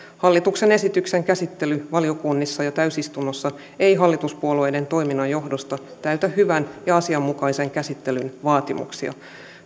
hallituksen esityksen käsittely valiokunnissa ja täysistunnossa ei hallituspuolueiden toiminnan johdosta täytä hyvän ja asianmukaisen käsittelyn vaatimuksia